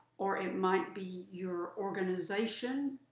or it might be your organization,